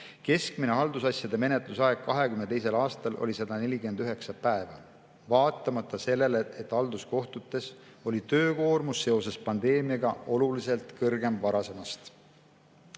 Keskmine haldusasjade menetlusaeg 2022. aastal oli 149 päeva, vaatamata sellele, et halduskohtutes oli töökoormus seoses pandeemiaga oluliselt kõrgem varasemast.